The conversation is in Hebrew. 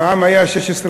המע"מ היה 16%;